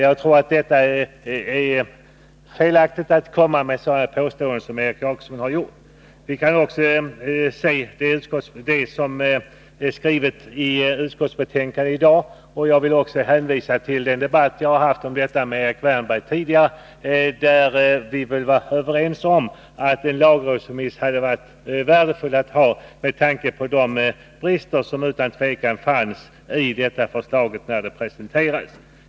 Jag anser att det är helt felaktigt att komma med sådana påståenden som Egon Jacobsson har gjort. Vi kan också se på vad som skrivs i det utskottsbetänkande vi behandlar i dag, och jag vill dessutom hänvisa till den debatt om denna fråga som jag har haft tidigare med Erik Wärnberg. Vi var överens om att en lagrådsremiss hade varit värdefull, med tanke på de brister som utan tvivel fanns i detta förslag när det presenterades.